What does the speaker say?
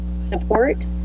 support